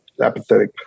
apathetic